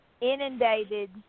inundated